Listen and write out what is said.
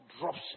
drops